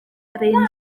carnhedryn